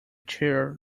chair